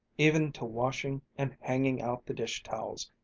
even to washing and hanging out the dish-towels,